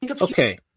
Okay